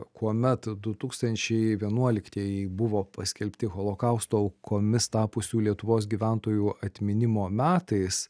kuomet du tūkstančiai vienuoliktieji buvo paskelbti holokausto aukomis tapusių lietuvos gyventojų atminimo metais